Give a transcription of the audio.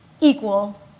equal